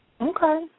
Okay